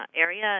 area